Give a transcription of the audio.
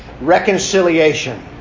reconciliation